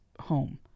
home